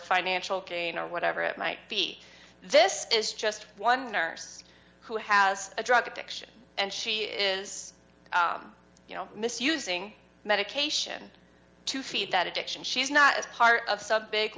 financial gain or whatever it might be this is just one nurse who has a drug addiction and she is you know misusing medication to feed that addiction she's not is part of sub big